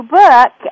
book